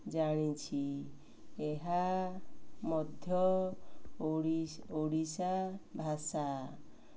ଜାଣିଛି ଏହା ମଧ୍ୟ ଓଡ଼ିଶା ଭାଷା